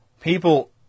people